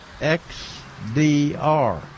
XDR